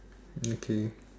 okay